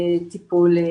טיפול נפשי.